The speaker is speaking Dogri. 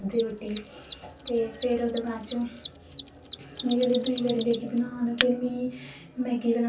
होर एह्दे बिच मतलब की खाना ते खाना सारें गी अच्छा लगदा पर बनाना